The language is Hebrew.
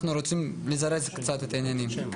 אנחנו רוצים לזרז קצת את העניינים.